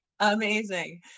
Amazing